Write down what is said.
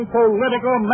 political